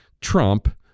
Trump